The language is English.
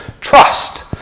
trust